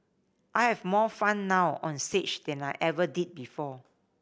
I have more fun now onstage than I ever did before